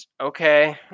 okay